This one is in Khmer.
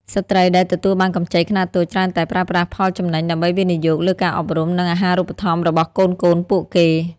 ស្ត្រីដែលទទួលបានកម្ចីខ្នាតតូចច្រើនតែប្រើប្រាស់ផលចំណេញដើម្បីវិនិយោគលើការអប់រំ និងអាហារូបត្ថម្ភរបស់កូនៗពួកគេ។